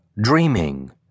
dreaming